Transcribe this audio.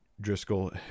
Driscoll